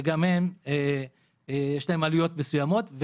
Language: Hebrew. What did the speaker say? וגם להן יש עלויות מסוימות,